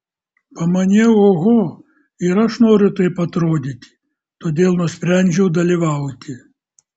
pamaniau oho ir aš noriu taip atrodyti todėl nusprendžiau dalyvauti